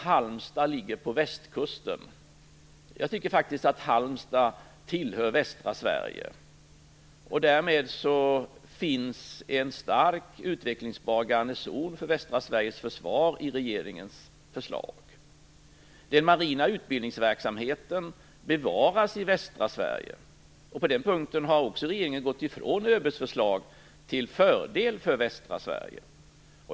Halmstad ligger på västkusten och tillhör västra Sverige. Därmed finns det en stark utvecklingsbar garnison för västra Sveriges försvar, enligt regeringen förslag. Den marina utbildningsverksamheten bevaras i västra Sverige. På den punkten har regeringen gått ifrån ÖB:s förslag till fördel för västra Sverige.